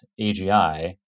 AGI